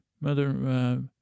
mother